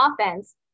offense